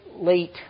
late